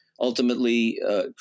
ultimately